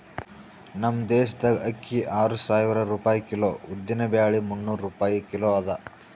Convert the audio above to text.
ನಮ್ ದೇಶದಾಗ್ ಅಕ್ಕಿ ಆರು ಸಾವಿರ ರೂಪಾಯಿ ಕಿಲೋ, ಉದ್ದಿನ ಬ್ಯಾಳಿ ಮುನ್ನೂರ್ ರೂಪಾಯಿ ಕಿಲೋ ಅದಾ